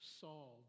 solved